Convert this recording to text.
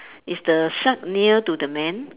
is the shark near to the man